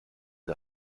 des